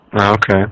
Okay